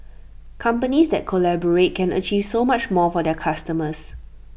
companies that collaborate can achieve so much more for their customers